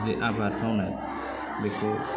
जे आबाद मावनाय बेखौ